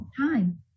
time